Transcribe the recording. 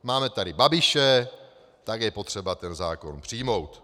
Máme tady Babiše, tak je potřeba ten zákon přijmout.